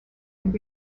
had